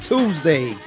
Tuesday